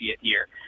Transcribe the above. year